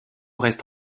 reste